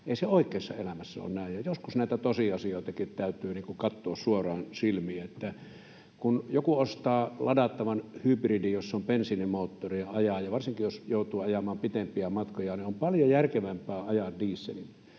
ei se oikeassa elämässä ole näin, ja joskus näitä tosiasioitakin täytyy katsoa suoraan silmiin. Kun joku ostaa ladattavan hybridin, jossa on bensiinimoottori, varsinkin, jos joutuu ajamaan pidempiä matkoja, niin on paljon järkevämpää ajaa dieselillä.